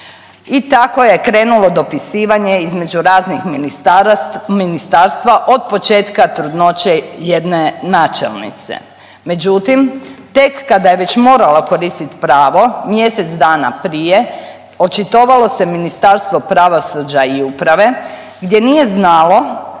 i tako je krenulo dopisivanje između raznih ministarstava od početka trudnoće jedne načelnice. Međutim, tek kada je već morala koristit pravo mjesec prava prije očitovalo se Ministarstvo pravosuđa i uprave gdje nije znalo